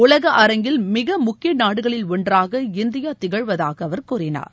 உலக அரங்கில் மிக முக்கிய நாடுகளில் ஒன்றாக இந்தியா திகழ்வதாக அவர் கூறினார்